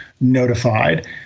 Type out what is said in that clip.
notified